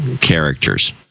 characters